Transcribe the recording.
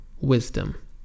wisdom